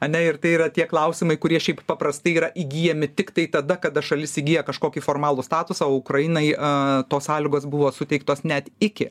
ane ir tai yra tie klausimai kurie šiaip paprastai yra įgyjami tiktai tada kada šalis įgyja kažkokį formalų statusą o ukrainai tos sąlygos buvo suteiktos net iki